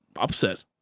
upset